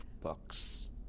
books